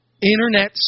internet